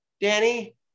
Danny